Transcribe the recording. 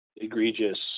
egregious